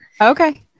Okay